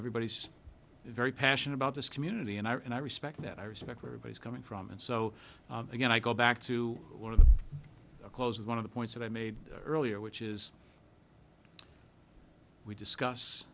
everybody's very passion about this community and i respect that i respect everybody's coming from and so again i go back to one of the closes one of the points that i made earlier which is we discuss